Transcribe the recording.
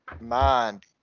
mind